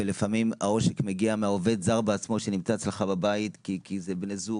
ולפעמים העושק מגיע מהעובד הזר בעצמו שנמצא אצלך בבית כי זה בני זוג,